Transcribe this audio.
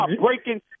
breaking